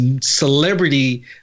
celebrity